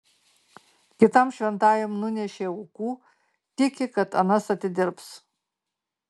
kitam šventajam nunešei aukų tiki kad anas atidirbs